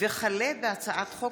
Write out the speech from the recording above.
הצעת חוק